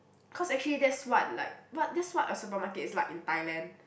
cause actually that's what like what that's what a supermarket is like in Thailand